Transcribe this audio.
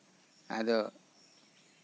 ᱟᱫᱚ